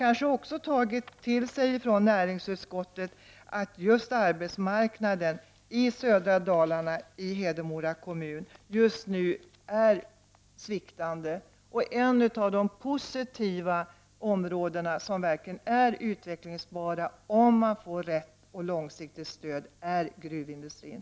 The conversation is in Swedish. Kanske har man i näringsutskottet också tagit till sig att arbetsmarknaden i Hedemora kommun i södra Dalarna just nu är sviktande. Gruvindustrin är en av de näringar som verkligen skulle kunna utvecklas positivt om den fick ett riktigt och långsiktigt stöd.